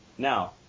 Now